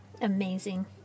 Amazing